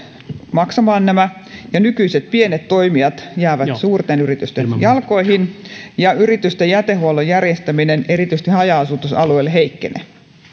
maksamaan nämä nykyiset pienet toimijat jäävät suurten yritysten jalkoihin ja yritysten jätehuollon järjestäminen erityisesti haja asutusalueilla heikkenee